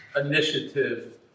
initiative